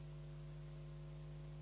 Hvala.